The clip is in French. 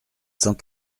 cent